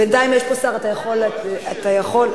בינתיים יש פה שר, אתה יכול להתחיל.